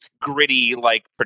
gritty-like